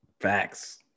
Facts